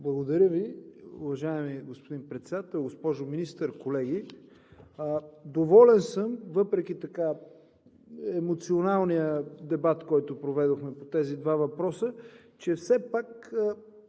Благодаря Ви. Уважаеми господин Председател, госпожо Министър, колеги! Доволен съм въпреки емоционалния дебат, който проведохме по тези два въпроса, че все пак